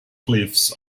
cliffs